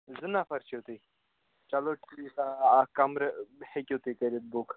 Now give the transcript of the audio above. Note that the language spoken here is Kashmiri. زٕ نَفر چھُو تُہۍ چَلو ٹھیٖک آ اَکھ کَمرٕ ہیٚکِو تُہۍ کَرِتھ بُک